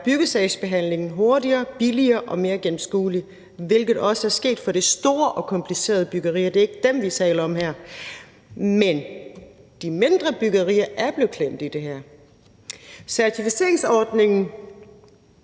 gøre byggesagsbehandlingen hurtigere, billigere og mere gennemskuelig, hvilket også er sket for de store og komplicerede byggerier – det er ikke dem, vi taler om her. Men de mindre byggerier er blevet klemt i det her. Så vi bliver nødt